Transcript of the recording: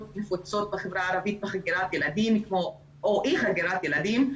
נפוצות בחברה הערבית בחגירת ילדים או אי חגירת ילדים,